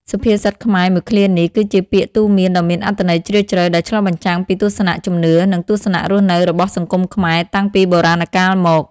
សុភាសិតខ្មែរមួយឃ្លានេះ គឺជាពាក្យទូន្មានដ៏មានអត្ថន័យជ្រាលជ្រៅ ដែលឆ្លុះបញ្ចាំងពីទស្សនៈជំនឿ និងទស្សនៈរស់នៅរបស់សង្គមខ្មែរតាំងពីបុរាណកាលមក។